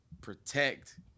protect